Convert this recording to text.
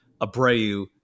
Abreu